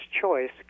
choice